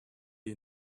you